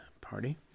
party